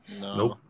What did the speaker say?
Nope